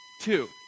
two